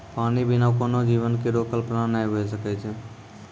पानी बिना कोनो जीवन केरो कल्पना नै हुए सकै छै?